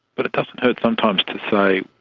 but it doesn't hurt sometimes to say,